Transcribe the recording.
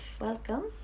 welcome